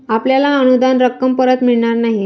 आपल्याला अनुदान रक्कम परत मिळणार नाही